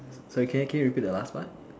sorry can can you repeat the last part